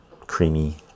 creamy